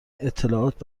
اطلاعات